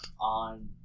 on